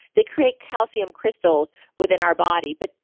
they create calcium crystals within our body. but,